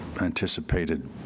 anticipated